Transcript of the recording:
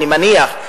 אני מניח,